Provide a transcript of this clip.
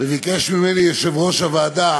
וביקש ממני יושב-ראש הוועדה